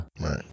Right